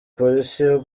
polisi